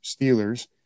Steelers